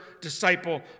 disciple